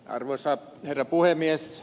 arvoisa herra puhemies